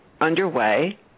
underway